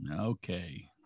Okay